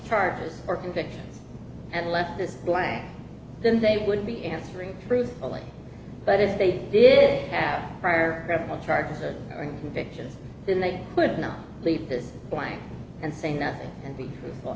charges or convictions and left this blank then they would be answering truthfully but if they did have prior criminal charges or fictions then they could not leave this blank and say nothing and be truthful